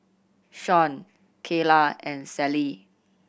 Shon Kaela and Sallie